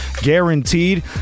guaranteed